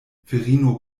virino